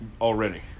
already